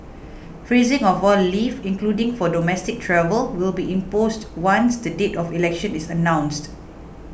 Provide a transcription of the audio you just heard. freezing of all leave including for domestic travel will be imposed once the date of the election is announced